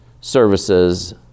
services